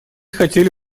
хотели